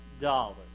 dollars